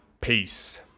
Peace